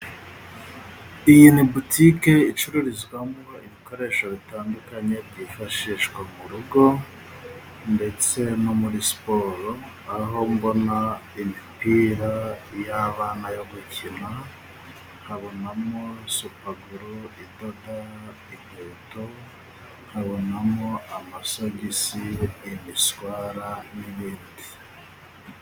Iyi ni butike icururizwamo ibikoresho bitandukanye, byifashishwa mu rugo ndetse no muri siporo. Aho mbona imipira y'abana yo gukina, nkabonamo supaguru, indodo, inkweto, nkabonamo amasogisi, imiswara n'ibindi.